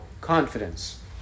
Confidence